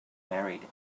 married